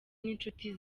n’inshuti